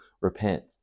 repent